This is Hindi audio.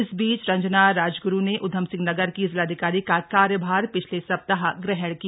इस बीच रंजना राजगुरु ने उधमसिंह नगर की जिलाधिकारी का कार्यभार पिछले सप्ताह ग्रहण किया